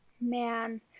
man